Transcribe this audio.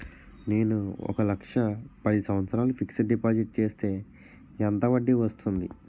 నేను ఒక లక్ష పది సంవత్సారాలు ఫిక్సడ్ డిపాజిట్ చేస్తే ఎంత వడ్డీ వస్తుంది?